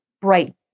bright